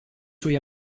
suoi